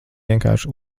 vienkārši